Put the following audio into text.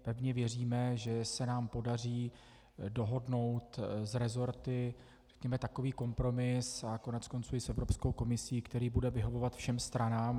Pevně věříme, že se nám podaří dohodnout s resorty takový kompromis, a koneckonců i s Evropskou komisí, který bude vyhovovat všem stranám.